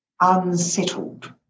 unsettled